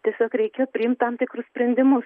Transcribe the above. tiesiog reikia priimti tam tikrus sprendimus